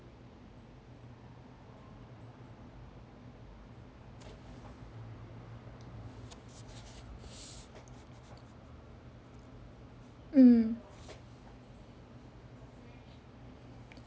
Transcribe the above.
mm